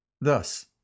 Thus